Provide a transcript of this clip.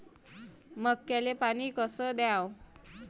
मक्याले पानी कस द्याव?